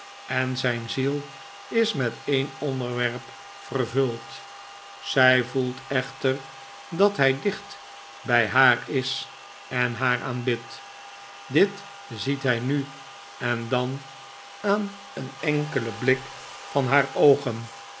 en zijn ziel is met een onderwerp vervuld zij voelt echter dat hij dicht bij haar is en haar aanbidt dit ziet hij nu en dan aan een enkelen blifc van haar oogen